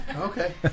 Okay